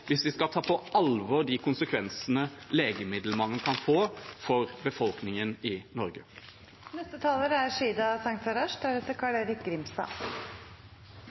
hvis vi skal ta på alvor de konsekvensene legemiddelmangel kan få for befolkningen i Norge. Legemiddelmangel er alvorlig, og det er